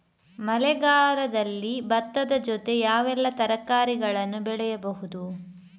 ಮಳೆಗಾಲದಲ್ಲಿ ಭತ್ತದ ಜೊತೆ ಯಾವೆಲ್ಲಾ ತರಕಾರಿಗಳನ್ನು ಬೆಳೆಯಬಹುದು?